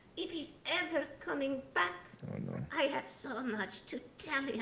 if he's ever coming back oh no i have so much to tell